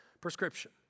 prescription